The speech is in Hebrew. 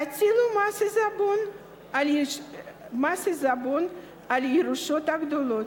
תטילו מס עיזבון על הירושות הגדולות,